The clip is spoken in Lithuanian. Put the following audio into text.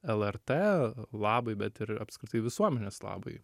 lrt labui bet ir apskritai visuomenės labui